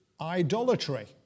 idolatry